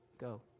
go